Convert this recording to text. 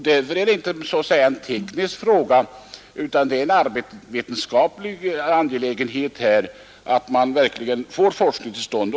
Därför är det inte en teknisk fråga utan en arbetsvetenskaplig angelägenhet att få en forskning till stånd.